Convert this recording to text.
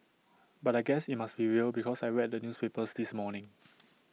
but I guess IT must be real because I read the newspapers this morning